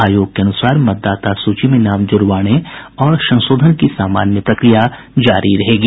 आयोग के अनुसार मतदाता सूची में नाम जुड़वाने और संशोधन की सामान्य प्रक्रिया जारी रहेगी